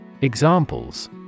Examples